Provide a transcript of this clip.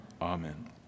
Amen